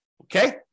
Okay